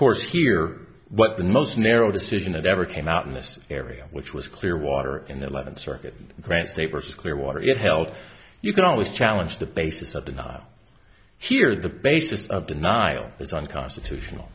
course here what the most narrow decision that ever came out in this area which was clearwater in the eleventh circuit grant paper says clear water it held you can always challenge the basis of denial here the basis of denial is unconstitutional